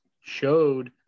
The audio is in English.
showed